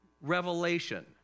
revelation